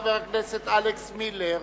חבר הכנסת אלכס מילר.